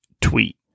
tweet